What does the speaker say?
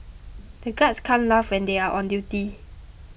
the guards can't laugh they are on duty